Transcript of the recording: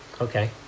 Okay